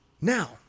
Now